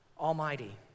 Almighty